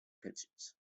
pitches